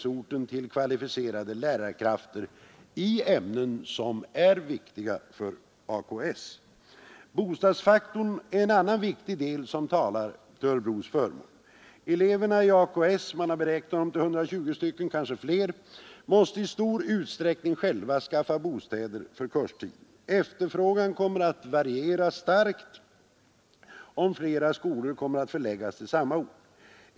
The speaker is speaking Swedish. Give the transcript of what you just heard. Eleverna i AKS — man har beräknat dem till 120, kanske fler — måste i stor utsträckning själva skaffa bostäder för kurstiden. Efterfrågan kommer att variera starkt om flera skolor kommer att förläggas till samma ort.